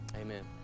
Amen